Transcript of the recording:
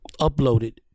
uploaded